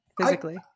physically